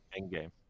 Endgame